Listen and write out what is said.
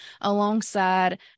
alongside